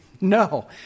No